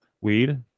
Weed